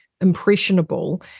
impressionable